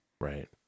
Right